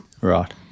Right